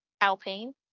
Alpine